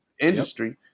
industry